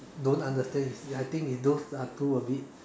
don't understand is I think those are too a bit